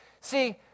See